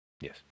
Yes